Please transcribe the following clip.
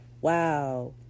Wow